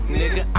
nigga